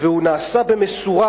והוא נעשה במשורה,